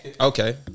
Okay